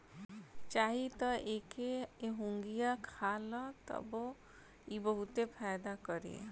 चाही त एके एहुंगईया खा ल तबो इ बहुते फायदा करी